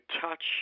touch